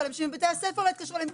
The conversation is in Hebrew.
לבד --- אני לא אומרת,